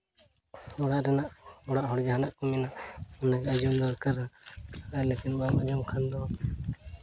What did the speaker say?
ᱚᱲᱟᱜ ᱨᱮᱱᱟᱜ ᱚᱲᱟᱜ ᱦᱚᱲ ᱡᱟᱦᱟᱸ ᱠᱚ ᱢᱮᱱᱟ ᱚᱱᱟᱜᱮ ᱟᱸᱡᱚᱢ ᱫᱚᱨᱠᱟᱨ ᱟᱨ ᱞᱮᱠᱤᱱ ᱵᱟᱢ ᱟᱸᱡᱚᱢ ᱠᱷᱟᱱ ᱫᱚ